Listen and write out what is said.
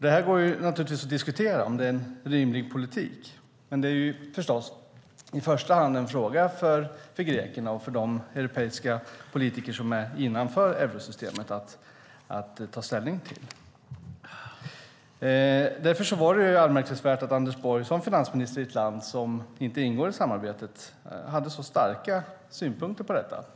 Det går naturligtvis att diskutera om det är en rimlig politik, men det är förstås i första hand en fråga för grekerna och för de europeiska politiker som är innanför eurosystemet att ta ställning till. Därför var det anmärkningsvärt att Anders Borg, som finansminister i ett land som inte ingår i samarbetet, hade så starka synpunkter på detta.